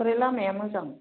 ओमफ्राय लामाया मोजां